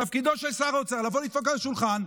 תפקידו של שר אוצר לבוא ולדפוק על השולחן,